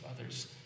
others